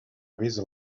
avís